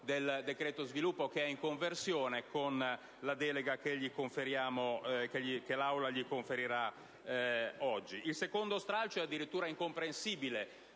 Il secondo stralcio è addirittura incomprensibile: